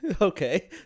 Okay